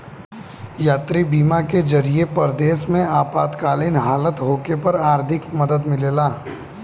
यात्री बीमा के जरिए परदेश में आपातकालीन हालत होखे पर आर्थिक मदद मिलेला